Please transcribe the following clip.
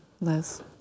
Liz